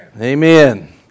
Amen